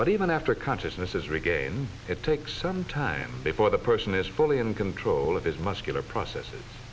but even after consciousness is regain it takes some time before the person is fully in control of his muscular processes